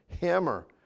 hammer